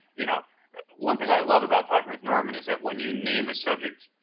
you know one thing i love about talking with norman is that when you name a subject,